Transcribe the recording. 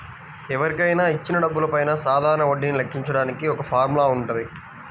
ఎవరికైనా ఇచ్చిన డబ్బులపైన సాధారణ వడ్డీని లెక్కించడానికి ఒక ఫార్ములా వుంటది